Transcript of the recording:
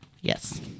Yes